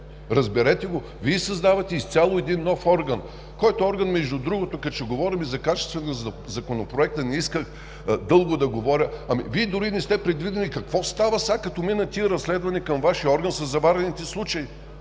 Разберете го! Вие създавате изцяло един нов орган, който орган, между другото, като ще говорим за качеството на Законопроекта, не исках дълго да говоря, ами Вие дори не сте предвидили какво става сега като минат тези разследвания към Вашия орган със забавените случаи?